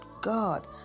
God